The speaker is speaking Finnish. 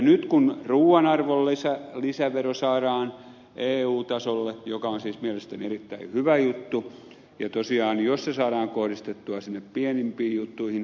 nyt kun ruuan arvonlisävero saadaan eu tasolle se on siis mielestäni erittäin hyvä juttu ja tosiaan jos se saadaan kohdistettua sinne pienimpiin juttuihin